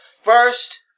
First